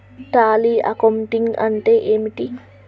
Tally accounting అంటే ఏమిటి?